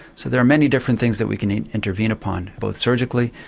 so there are many different things that we can intervene upon, both surgically,